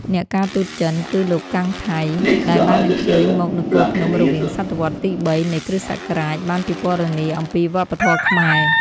អ្នកការទូតចិន គឺលោក កាំង ថៃ ដែលបានអញ្ជើញមកនគរភ្នំរវាងសតវត្សរ៍ទី៣ នៃគ្រិស្តសករាជ បានពិពណ៌នាអំពីវប្បធម៌ខ្មែរ។